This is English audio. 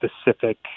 specific